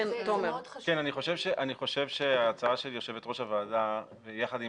אני חושב שההצעה של יושבת-ראש הוועדה, יחד עם